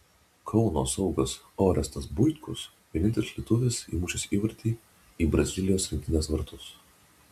kauno saugas orestas buitkus vienintelis lietuvis įmušęs įvartį į brazilijos rinktinės vartus